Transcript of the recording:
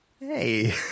Hey